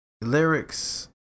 lyrics